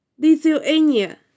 Lithuania